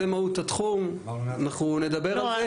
זה מהות התחום ואנחנו נדבר על זה,